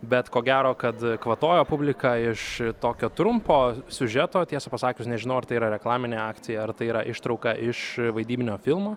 bet ko gero kad kvatojo publika iš tokio trumpo siužeto tiesa pasakius nežinau ar tai yra reklaminė akcija ar tai yra ištrauka iš vaidybinio filmo